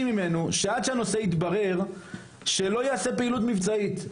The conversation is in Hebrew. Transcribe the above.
ממנו שעד שהנושא יתברר שלא יעשה פעילות מבצעית.